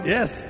Yes